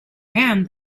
and